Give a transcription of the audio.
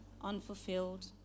unfulfilled